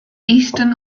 eastern